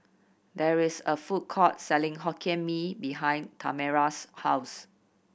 there is a food court selling Hokkien Mee behind Tamera's house